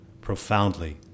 profoundly